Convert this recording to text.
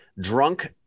drunk